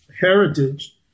heritage